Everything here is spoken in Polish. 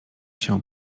się